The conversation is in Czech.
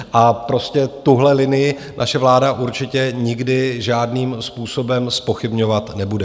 A prostě tuhle linii naše vláda určitě nikdy žádným způsobem zpochybňovat nebude.